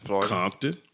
Compton